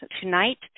tonight